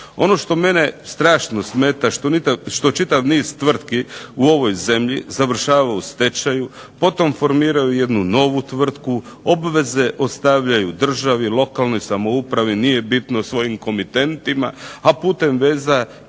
Ono što mene strašno smeta što čitav niz tvrtki u ovoj zemlji završava u stečaju, potom formiraju jednu novu tvrtku, obveze ostavljaju državi, lokalnoj samoupravi nije bitno svojim komintetima, a putem veza